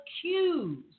accused